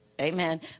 amen